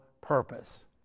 purpose